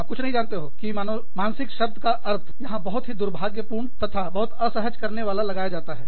आप कुछ नहीं जानते हो कि मानसिक शब्द का अर्थ यहां बहुत ही दुर्भाग्यपूर्ण तथा बहुत असहज करने वाला लगाया जाता है